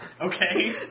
Okay